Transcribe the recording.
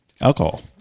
alcohol